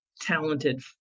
talented